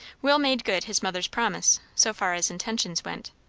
will made good his mother's promise, so far as intentions went.